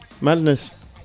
Madness